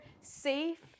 safe